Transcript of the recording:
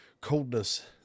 Coldness